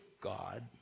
God